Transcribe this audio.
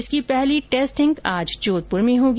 इसकी पहली टेस्टिंग आज जोधपुर में होगी